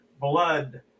blood